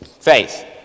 Faith